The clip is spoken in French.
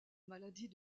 maladie